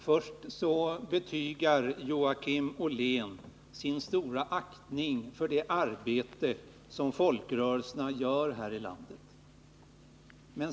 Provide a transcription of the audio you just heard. Fru talman! Joakim Ollén betygar sin stora aktning för det arbete som folkrörelserna gör här i landet.